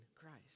Christ